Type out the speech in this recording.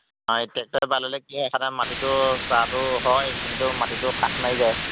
অঁ এই ট্ৰেক্টৰে বায় ল'লে কি হয় মাটিতো চাহটো হয় কিন্তু মাটিতো কাঠ মাৰি যায়